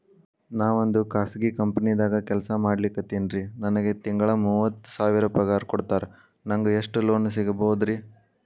ನಾವೊಂದು ಖಾಸಗಿ ಕಂಪನಿದಾಗ ಕೆಲ್ಸ ಮಾಡ್ಲಿಕತ್ತಿನ್ರಿ, ನನಗೆ ತಿಂಗಳ ಮೂವತ್ತು ಸಾವಿರ ಪಗಾರ್ ಕೊಡ್ತಾರ, ನಂಗ್ ಎಷ್ಟು ಲೋನ್ ಸಿಗಬೋದ ರಿ?